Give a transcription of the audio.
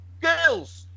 girls